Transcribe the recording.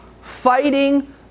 fighting